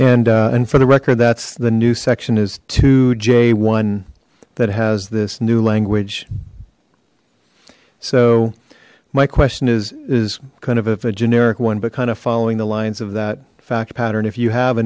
and and for the record that's the new section is j that has this new language so my question is is kind of a generic one but kind of following the lines of that fact pattern if you have a